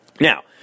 now